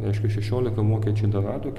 reiškia šešiolika vokiečiai dar rado